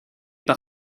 par